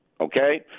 Okay